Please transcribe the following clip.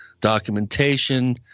documentation